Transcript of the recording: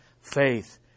faith